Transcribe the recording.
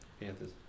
Panthers